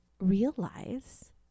realize